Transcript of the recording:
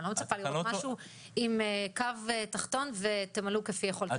אני לא מצפה לראות משהו עם קו תחתון ותמלאו כפי יכולתכם.